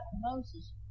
Moses